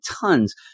tons